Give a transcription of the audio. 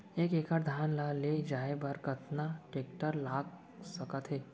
एक एकड़ धान ल ले जाये बर कतना टेकटर लाग सकत हे?